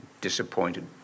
disappointed